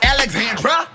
Alexandra